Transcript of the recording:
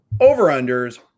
over-unders